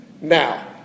Now